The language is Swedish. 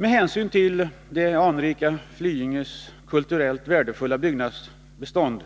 Med hänsyn till det anrika Flyinges kulturellt värdefulla byggnadsbestånd